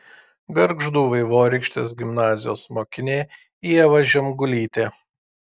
gargždų vaivorykštės gimnazijos mokinė ieva žemgulytė